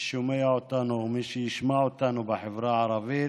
ששומע אותנו או מי שישמע אותנו בחברה הערבית,